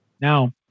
Now